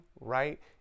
right